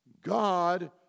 God